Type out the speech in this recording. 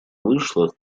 вышла